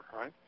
right